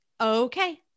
Okay